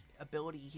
ability